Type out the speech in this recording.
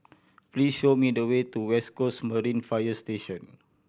please show me the way to West Coast Marine Fire Station